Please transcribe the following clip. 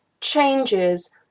changes